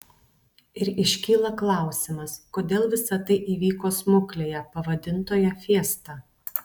ir iškyla klausimas kodėl visa tai įvyko smuklėje pavadintoje fiesta